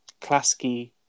Klasky